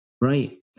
Right